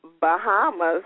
Bahamas